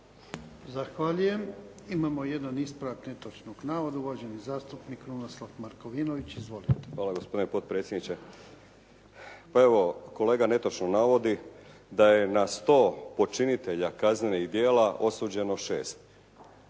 Zahvaljujem. Imamo jedan ispravak netočnog navoda. Uvaženi zastupnik Krunoslav Markovinović. Izvolite. **Markovinović, Krunoslav (HDZ)** Hvala, gospodine potpredsjedniče. Pa evo, kolega netočno navodi da je na 100 počinitelja kaznenih djela osuđeno 6.